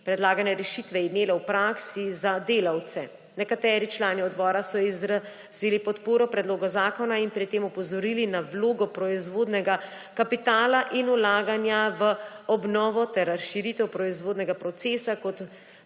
predlagane rešitve imele v praksi za delavce. Nekateri člani odbora so izrazili podporo predlogu zakona in pri tem opozorili na vlogo proizvodnega kapitala in vlaganja v obnovo ter razširitev proizvodnega procesa kot